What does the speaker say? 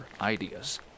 ideas